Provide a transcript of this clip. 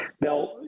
Now